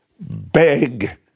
beg